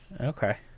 Okay